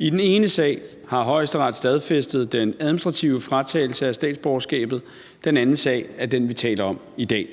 I den ene sag har Højesteret stadfæstet den administrative fratagelse af statsborgerskabet. Den anden sag er den, vi taler om i dag.